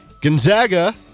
Gonzaga